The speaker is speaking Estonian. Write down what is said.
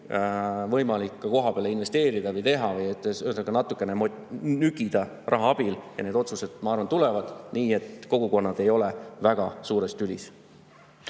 võimalikku kohapeale investeerida või teha – ühesõnaga, natukene nügida raha abil. Siis need otsused tulevad nii, et kogukonnad ei ole väga suures tülis.